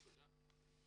תודה.